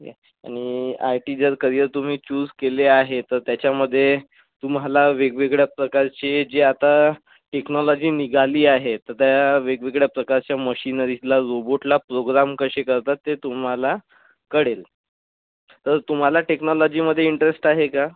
ठीकय आणि आयटी जर करियर तुम्ही चूज केले आहे तर त्याच्यामधे तुम्हाला वेगवेगळ्या प्रकारचे जे आता टेक्नॉलजी निघाली आहे तर त्या वेगवेगळ्या प्रकारच्या मशीनरीजला रोबोटला प्रोग्राम कशे करतात ते तुम्हाला कळेल तर तुम्हाला टेक्नॉलजीमधे इंट्रेस्ट आहे का